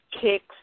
Kicks